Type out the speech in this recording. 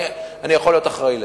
אני יכול להיות אחראי לזה.